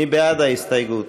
מי בעד ההסתייגות?